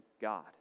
God